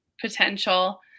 potential